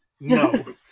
No